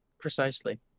Precisely